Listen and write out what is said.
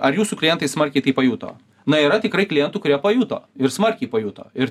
ar jūsų klientai smarkiai tai pajuto na yra tikrai klientų kurie pajuto ir smarkiai pajuto ir